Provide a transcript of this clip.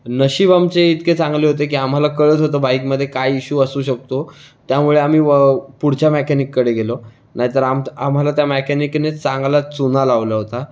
नशीब आमचे इतके चांगले होते की आम्हाला कळत होतं बाइकमध्ये काय इशू असू शकतो त्यामुळे आम्ही व पुढच्या मेकॅनिककडे गेलो नाहीतर आम आम्हाला त्या मेकॅनिकने चांगलाच चुना लावला होता